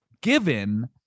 given